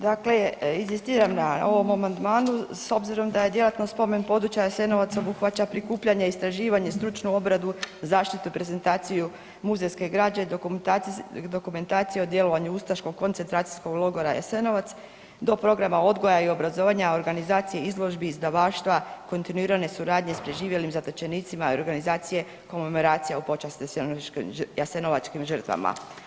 Dakle inzistiram na ovom amandmanu s obzirom da je djelatnost spomen-područja Jasenovac obuhvaća prikupljanje, istraživanje, stručnu obradu, zaštitu, prezentaciju muzejske građe, dokumentacije o djelovanju ustaškog koncentracijskog logora Jasenovac, do programa odgoja i obrazovanja, organizacije, izložbi, izdavaštva, kontinuiranje suradnje s preživjelim zatočenicima, organizacije komemoracija u počast jasenovačkim žrtvama.